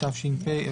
התש״ף-